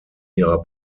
ihrer